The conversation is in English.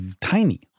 tiny